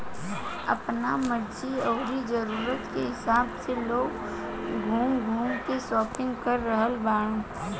आपना मर्जी अउरी जरुरत के हिसाब से लोग घूम घूम के शापिंग कर रहल बाड़न